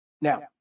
Now